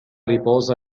riposa